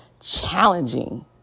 challenging